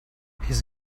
his